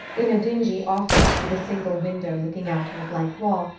in a dingy office, with a single window looking out on a blank wall,